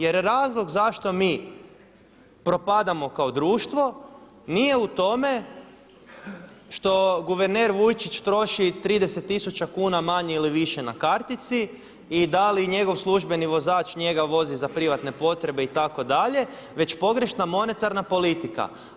Jer razlog zašto mi propadamo kao društvo nije u tome što guverner Vujčić troši 30 tisuća kuna manje ili više na kartici i da li njegov službeni vozač njega vozi za privatne potrebe itd., već pogrešna monetarna politika.